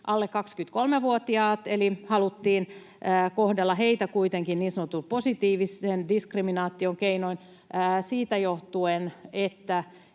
alle 23-vuotiaat. Eli haluttiin kohdella heitä kuitenkin niin sanotun positiivisen diskriminaation keinoin siitä johtuen, että